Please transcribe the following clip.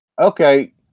okay